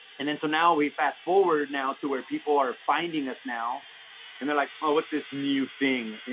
and then so now we fast forward now to where people are finding us now and they're like, oh, what's this new thing?